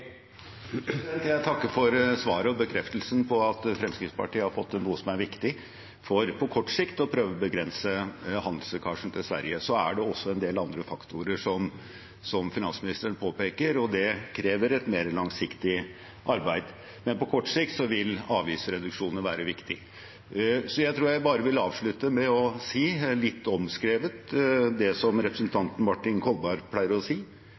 Jeg takker for svaret og bekreftelsen på at Fremskrittspartiet har fått til noe som er viktig for på kort sikt å prøve å begrense handelslekkasjen til Sverige. Så er det også en del andre faktorer, som finansministeren påpeker, og det krever et mer langsiktig arbeid. Men på kort sikt vil avgiftsreduksjonene være viktige. Jeg tror bare jeg vil avslutte med å si, litt omskrevet, det som representanten Martin Kolberg pleier å si: